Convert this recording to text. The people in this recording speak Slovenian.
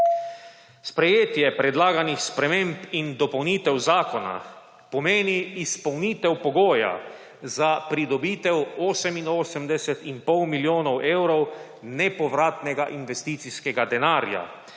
Sprejetje predlaganih sprememb in dopolnitev zakona pomeni izpolnitev pogoja za pridobitev 88,5 milijonov evrov nepovratnega investicijskega denarja.